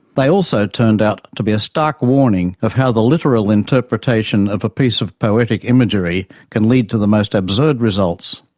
they also turned out to be a stark warning of how the literal interpretation of a piece of poetic imagery can lead to the most absurd results.